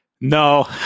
No